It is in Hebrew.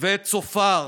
ואת צופר,